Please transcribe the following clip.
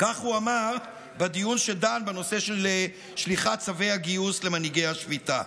כך הוא אמר בדיון שדן בנושא של שליחת צווי הגיוס למנהיגי השביתה.